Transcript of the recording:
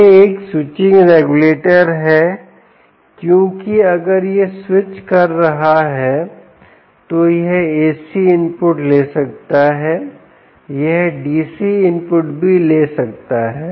यह एक switching regulator है क्योंकि अगर यह स्विच कर रहा है तो यह AC इनपुट ले सकता है यह DC इनपुट भी ले सकता है